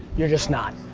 you're just not.